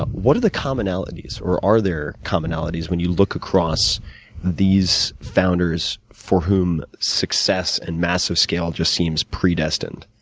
what are the commonalities, or are there commonalities, when you look across these founders, for whom success and massive scale just seems predestined?